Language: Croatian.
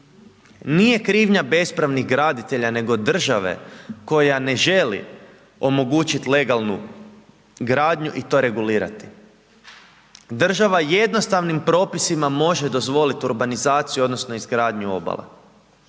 nije krivnja bespravnih graditelja nego države koja ne želi omogućiti legalnu gradnju i to regulirati. Država jednostavnim propisima može dozvoliti urbanizaciju odnosno izgradnju obale.